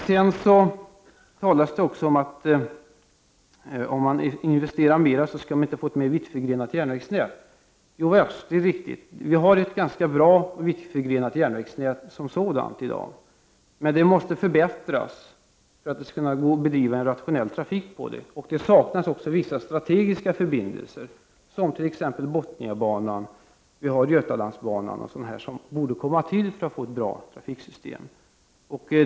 Det sägs också att om man investerar mera leder inte detta till ett mer vittförgrenat järnvägsnät. Jovars, det är riktigt. Vi har ett ganska bra och vittförgrenat järnvägsnät i dag, men det måste förbättras för att det skall gå att bedriva en rationell trafik. Det saknas också vissa strategiska förbindelser som t.ex. Bothniabanan, Götalandsbanan och liknande som borde komma till för att vi skall få ett bra trafiksystem.